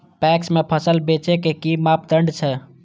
PACS में फसल बेचे के कि मापदंड छै?